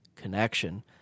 connection